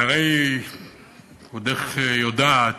והרי כבודך יודעת